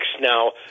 Now